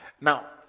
Now